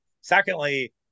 secondly